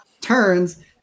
turns